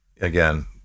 again